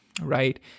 right